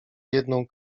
jedną